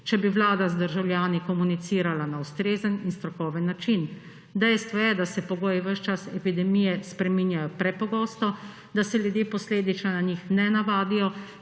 če bi Vlada z državljani komunicirala na ustrezen in strokoven način. Dejstvo je, da se pogoji ves čas epidemije spreminjajo prepogosto, da se ljudje posledično na njih ne navadijo